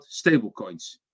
stablecoins